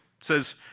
says